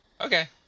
Okay